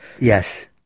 Yes